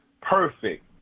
perfect